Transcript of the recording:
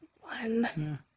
one